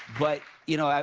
but you know,